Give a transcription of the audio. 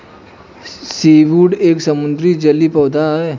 seaweed एक समुद्री जलीय पौधा है